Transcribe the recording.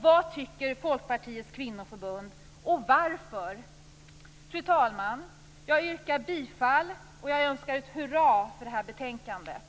Vad tycker Folkpartiets kvinnoförbund? Fru talman! Jag yrkar bifall till utskottets hemställan och utbringar ett hurra för det här betänkandet.